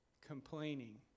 complaining